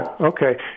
okay